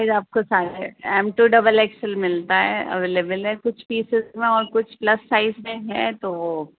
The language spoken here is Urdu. پھر آپ کو سارے M to double X L ملتا ہے اویلیبل ہے کچھ پیسز میں اور کچھ پلس سائز میں ہے تو وہ